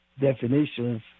definitions